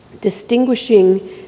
distinguishing